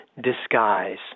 disguise